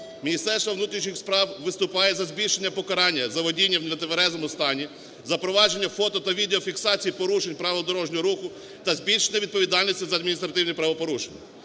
Міністерство внутрішніх справ виступає за збільшення покарання за водіння в нетверезому стані, за впровадження фото та відео фіксації порушень правил дорожнього руху та збільшення відповідальності за адміністративні правопорушення.